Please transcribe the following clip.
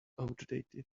outdated